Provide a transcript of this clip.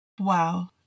Wow